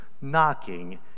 knocking